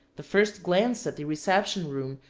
the first glance at the reception-room,